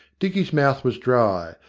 dicky's mouth was dry,